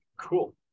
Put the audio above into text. Cool